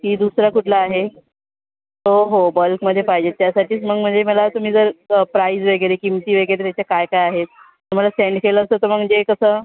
की दुसरा कुठला आहे हो हो बल्कमध्ये पाहिजे त्यासाठीच मग म्हणजे मला तुम्ही जर प्राईज वगैरे किमती वगैरे त्याच्या काय काय आहेत मला सेंड केलं असतं तर मग म्हणजे कसं